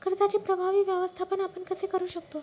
कर्जाचे प्रभावी व्यवस्थापन आपण कसे करु शकतो?